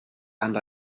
and